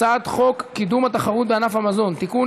הצעת חוק קידום התחרות בענף המזון (תיקון,